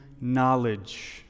knowledge